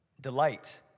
Delight